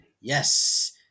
Yes